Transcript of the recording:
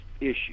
issue